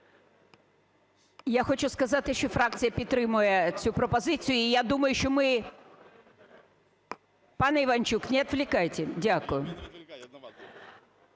Я хочу сказати, що фракція підтримує цю пропозицію. І я думаю, що ми… Пане Іванчук, не отвлекайте. Дякую.